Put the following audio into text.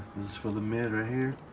is for the mirror here